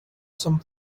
some